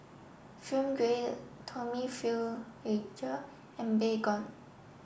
Film Grade Tommy and Baygon